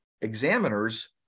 examiners